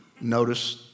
Notice